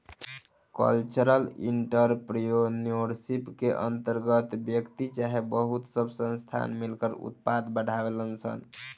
cultural entrepreneurship के अंतर्गत व्यक्ति चाहे बहुत सब संस्थान मिलकर उत्पाद बढ़ावेलन सन